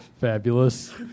Fabulous